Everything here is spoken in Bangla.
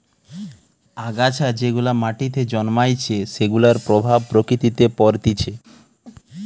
আগাছা যেগুলা মাটিতে জন্মাইছে সেগুলার প্রভাব প্রকৃতিতে পরতিছে